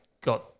got